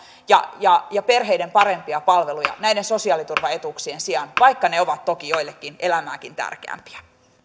ja ja perheiden parempia palveluja näiden sosiaaliturvaetuuksien sijaan vaikka ne ovat toki joillekin elämääkin tärkeämpiä